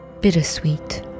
bittersweet